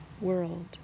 world